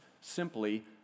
simply